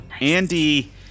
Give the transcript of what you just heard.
Andy